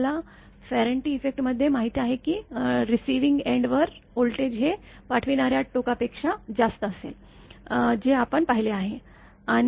तुम्हाला फेरांटी इफेक्टमध्ये माहीत आहे की रीसीविंग एंड वर व्होल्टेज हे पाठविणार्या टोका पेक्षा जास्त असेल जे आपण पाहिले आहे